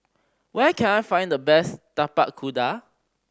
where can I find the best Tapak Kuda